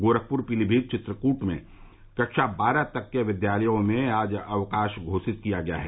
गोरखपुर पीलीभीत और चित्रकूट में कक्षा बारह तक के विद्यालयों में आज अवकाश घोषित किया गया है